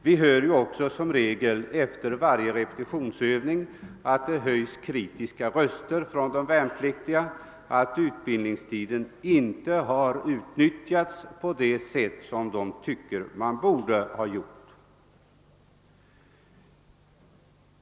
Vi hör ju också efter varje repetitionsövning kritiska röster från de värnpliktiga om att utbildningstiden inte har utnyttjats på det sätt som de tycker borde ha skett.